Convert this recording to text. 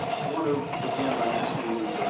i want to begin by asking you,